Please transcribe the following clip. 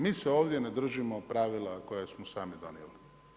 Mi se ovdje ne držimo pravila koja smo sami donijeli.